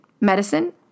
medicine